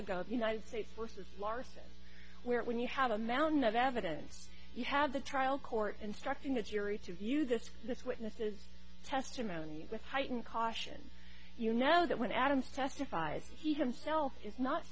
ago the united states versus larson where when you have a mountain of evidence you have the trial court instructing the jury to view this this witness's testimony with heightened caution you know that when adams testified he himself is not